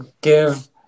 give